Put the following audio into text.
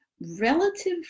relative